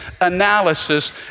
analysis